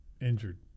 Injured